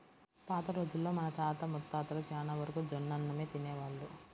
పాత రోజుల్లో మన తాత ముత్తాతలు చానా వరకు జొన్నన్నమే తినేవాళ్ళు